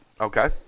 Okay